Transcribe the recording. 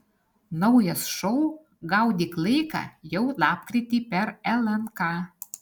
naujas šou gaudyk laiką jau lapkritį per lnk